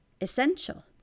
essential